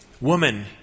woman